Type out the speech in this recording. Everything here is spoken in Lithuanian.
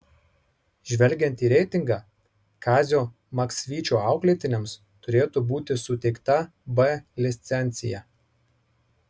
žvelgiant į reitingą kazio maksvyčio auklėtiniams turėtų būti suteikta b licencija